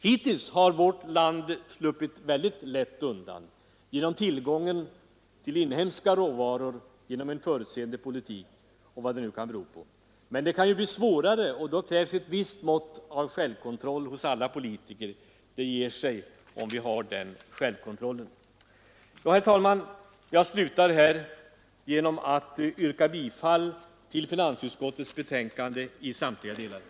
Hittills har vårt land sluppit lätt undan genom tillgången på inhemska råvaror och genom en förutseende politik, eller vad det nu kan bero på. Men det kan bli svårare, och då krävs ett visst mått av självkontroll hos alla politiker. Det ger sig om vi har den självkontrollen. Herr talman! Jag yrkar bifall till finansutskottets hemställan i samtliga punkter.